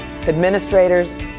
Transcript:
administrators